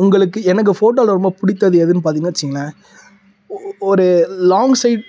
உங்களுக்கு எனக்கு ஃபோட்டோவில் ரொம்ப பிடித்தது எதுன்னு பார்த்தீங்கன்னா வச்சுக்கோங்களேன் ஒரு லாங் சைட்